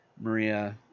Maria